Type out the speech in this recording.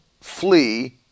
flee